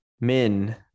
men